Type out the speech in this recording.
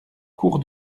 cours